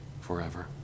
forever